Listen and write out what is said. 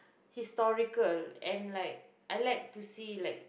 historical and like I like to see like